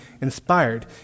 inspired